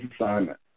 assignment